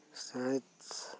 ᱥᱟᱸᱡ